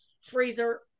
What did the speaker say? freezer